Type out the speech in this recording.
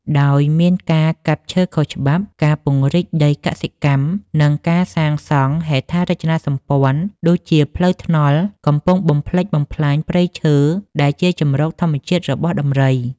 ដោយមានការកាប់ឈើខុសច្បាប់ ការពង្រីកដីកសិកម្ម និងការសាងសង់ហេដ្ឋារចនាសម្ព័ន្ធ ដូចជាផ្លូវថ្នល់ កំពុងបំផ្លិចបំផ្លាញព្រៃឈើដែលជាជម្រកធម្មជាតិរបស់ដំរី។